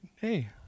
hey